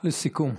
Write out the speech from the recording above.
לסיכום.